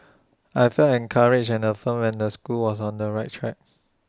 I felt encouraged and affirmed and the school was on the right track